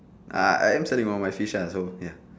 I I am selling all my fish ya so ya